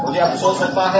मुझे अफसोस होता है